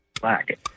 Black